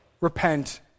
repent